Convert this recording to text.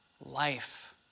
life